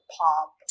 pop